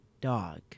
Dog